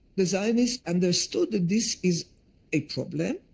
the zionists understood that this is a problem,